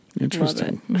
Interesting